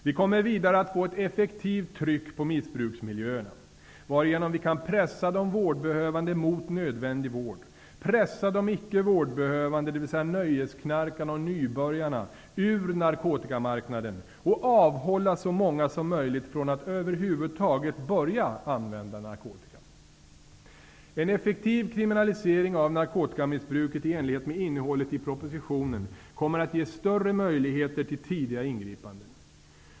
Vi kommer vidare att få ett effektivt tryck på missbruksmiljöerna, varigenom vi kan pressa de vårdbehövande mot nödvändig vård, pressa de icke vårdbehövande, d.v.s. nöjesknarkarna och nybörjarna, ur narkotikamarknaden och avhålla så många som möjligt från att över huvud taget börja använda narkotika. En effektiv kriminalisering av narkotikamissbruket i enlighet med innehållet i propositionen kommer att ge större möjligheter till tidiga ingripanden.